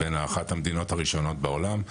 בין אחת המדינות הראשונות בעולם.